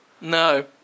No